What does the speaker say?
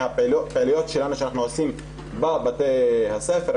מהפעילויות שלנו שאנחנו עושים כבר בבתי הספר,